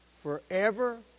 forever